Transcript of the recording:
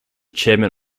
chairman